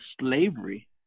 slavery